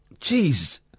Jeez